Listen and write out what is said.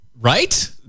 Right